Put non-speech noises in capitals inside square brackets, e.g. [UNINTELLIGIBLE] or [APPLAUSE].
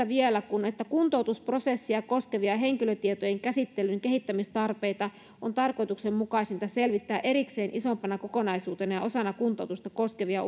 [UNINTELLIGIBLE] vielä tästä kun kuntoutusprosessia koskevia henkilötietojen käsittelyn kehittämistarpeita on tarkoituksenmukaisinta selvittää erikseen isompana kokonaisuutena ja osana kuntoutusta koskevia [UNINTELLIGIBLE]